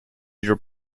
your